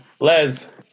Les